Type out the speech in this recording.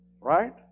Right